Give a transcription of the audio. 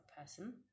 person